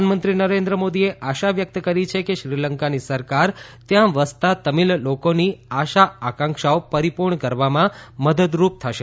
પ્રધાનમંત્રી નરેન્દ્ર મોદી એ આશા વ્યકત કરી છે કે શ્રીલંકાની સરકાર ત્યાં વસતા તમિલ લોકોની આશા આકાંક્ષાઓ પરીપૂર્ણ કરવામાં મદદરૂપ થશે